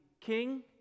king